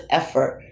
effort